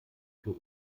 für